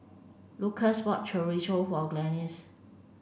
Lukas bought Chorizo for Glennis